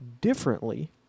differently